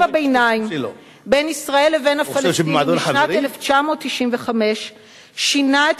הביניים בין ישראל לבין הפלסטינים משנת 1995 שינה את